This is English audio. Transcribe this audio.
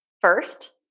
first